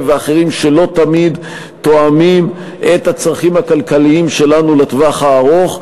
ואחרים שלא תמיד תואמים את הצרכים הכלכליים שלנו לטווח הארוך,